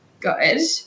good